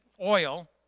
oil